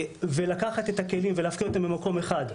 לקחת את הכלים ולהפקיד אותם במקום אחד,